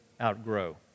outgrow